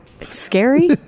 Scary